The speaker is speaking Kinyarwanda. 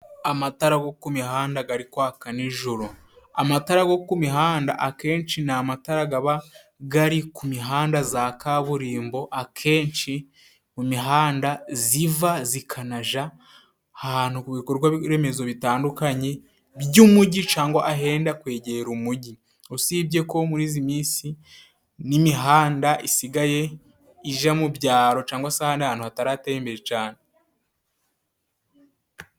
Amatara go ku mihanda gari kwaka n'ijoro. Amatara go ku mihanda akenshi ni amatarara gaba gari ku mihanda za kaburimbo akenshi mu mihanda ziva zikanaja ahantu ku bikorwaremezo bitandukanye by'umujyi cangwa ahenda kwegera umujyi, usibye ko murizi minsi n'imihanda isigaye ija mu byaro cangwa ahandi hantu hatarateye imbere cane.